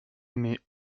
émets